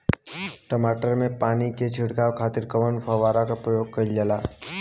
टमाटर में पानी के छिड़काव खातिर कवने फव्वारा का प्रयोग कईल जाला?